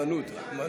רחמנות, רחמנות.